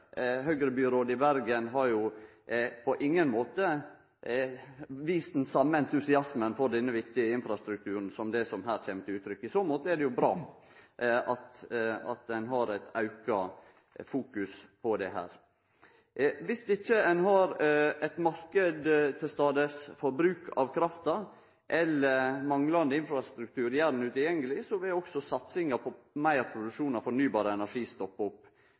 i Bergen har på ingen måte vist den same entusiasmen for denne viktige infrastrukturen som det som her kjem til uttrykk. I så måte er det jo bra at ein har eit auka fokus på dette. Dersom ein ikkje har ein marknad til stades for bruk av krafta, eller manglande infrastruktur gjer han utilgjengeleg, vil òg satsinga på meir produksjon av fornybar energi stoppe opp.